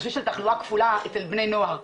הנושא של תחלואה כפולה אצל בני נוער.